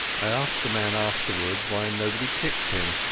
i asked a man afterwards why nobody kicked him,